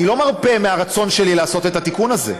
אני לא מרפה מהרצון שלי לעשות את התיקון הזה,